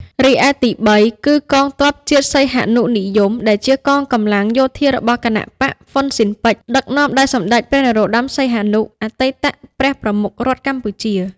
រីឯទីបី គឺកងទ័ពជាតិសីហនុនិយម ដែលជាកងកម្លាំងយោធារបស់គណបក្សហ៊្វុនស៊ិនប៉ិច ដឹកនាំដោយសម្ដេចព្រះនរោត្ដម សីហនុ អតីតព្រះប្រមុខរដ្ឋកម្ពុជា។